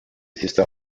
средства